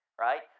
right